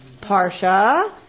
parsha